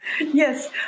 Yes